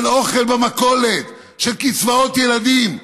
של אוכל במכולת, של קצבאות ילדים.